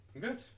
Good